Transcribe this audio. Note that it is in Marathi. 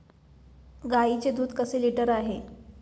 गाईचे दूध कसे लिटर आहे?